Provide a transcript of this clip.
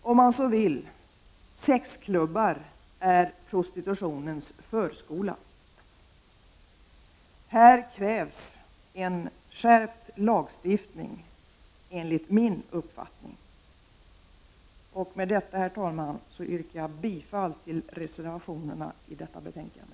Sexklubbar är prostitutionens förskola, om man så vill. Här krävs en skärpt lagstiftning enligt min uppfattning. Jag yrkar med detta, herr talman, bifall till reservationerna i detta betänkande.